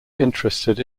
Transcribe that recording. interested